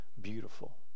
beautiful